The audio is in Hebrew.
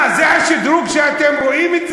מה, זה השדרוג שאתם רואים?